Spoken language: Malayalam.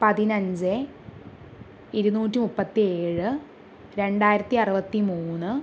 പതിനഞ്ച് ഇരുന്നൂറ്റി മുപ്പത്തിയേഴ് രണ്ടായിരത്തി അറുപത്തിമൂന്ന്